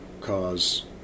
cause